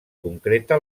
concreta